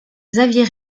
xavier